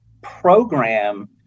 program